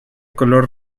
color